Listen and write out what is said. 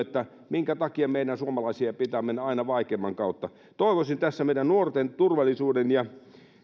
minkä takia meidän suomalaisten pitää mennä aina vaikeimman kautta toivoisin tässä meidän nuorten turvallisuuden ja